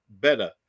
better